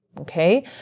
Okay